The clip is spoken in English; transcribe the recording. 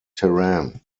terrain